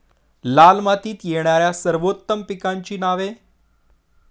लाल मातीत येणाऱ्या सर्वोत्तम पिकांची नावे?